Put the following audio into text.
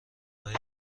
های